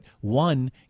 one